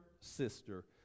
sister